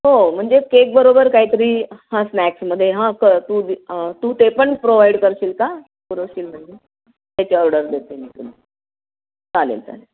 हो म्हणजे केकबरोबर काहीतरी हां स्नॅक्समध्ये हां क तू तू ते पण प्रोव्हाईड करशील का पुरवशील म्हणजे त्याची ऑर्डर देते मी तुला चालेल चालेल